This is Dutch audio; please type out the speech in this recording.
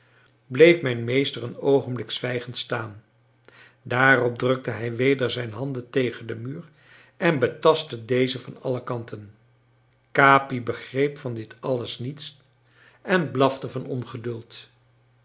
bleef mijn meester een oogenbik zwijgend staan daarop drukte hij weder zijn handen tegen den muur en betastte dezen van alle kanten capi begreep van dit alles niets en blafte van ongeduld